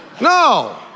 No